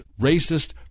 racist